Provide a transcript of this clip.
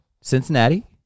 Cincinnati